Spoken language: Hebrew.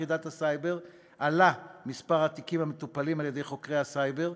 יחידת הסייבר עלה מספר התיקים המטופלים על-ידי חוקרי הסייבר.